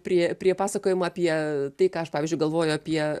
prie prie pasakojimo apie tai ką aš pavyzdžiui galvoju apie